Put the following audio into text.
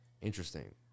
Interesting